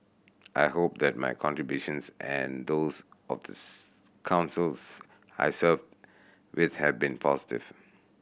I hope that my contributions and those of the Councils I served with have been positive